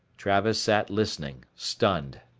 travis sat listening, stunned.